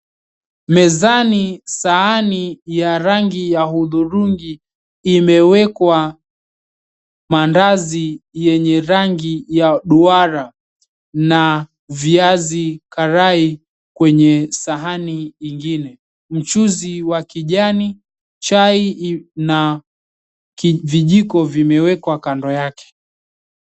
Mezani sahani ya rangi ya hudhurungi imewekwa mandazi yenye rangi ya duara na viazi karai kwenye sahani ingine. Mchuzi wa kijani, chai na vijiko vimewekwa kando yake.